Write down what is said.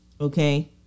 Okay